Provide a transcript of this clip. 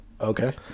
Okay